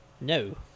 No